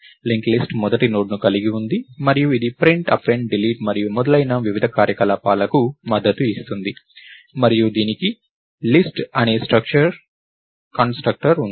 link list మొదటి నోడ్ను కలిగి ఉంది మరియు ఇది ప్రింట్ అపెండ్ డిలీట్ మరియు మొదలైన వివిధ కార్యకలాపాలకు మద్దతు ఇస్తుంది మరియు దీనికి లిస్ట్ అనే కన్స్ట్రక్టర్ ఉంది